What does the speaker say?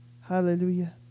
Hallelujah